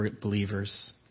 believers